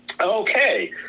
Okay